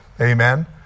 Amen